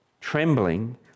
trembling